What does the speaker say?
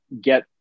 get